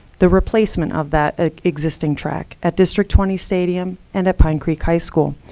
the replacement of that existing track at district twenty stadium and at pine creek high school.